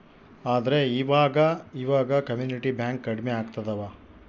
ಆದ್ರೆ ಈವಾಗ ಇವಾಗ ಕಮ್ಯುನಿಟಿ ಬ್ಯಾಂಕ್ ಕಡ್ಮೆ ಆಗ್ತಿದವ